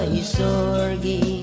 isorgi